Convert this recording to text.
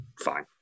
fine